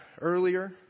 earlier